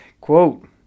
Quote